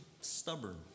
stubborn